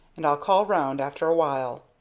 and i'll call round after a while.